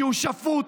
שהוא שפוט,